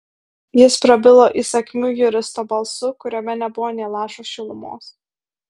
jis prabilo įsakmiu juristo balsu kuriame nebuvo nė lašo šilumos